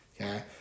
Okay